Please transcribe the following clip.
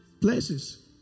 places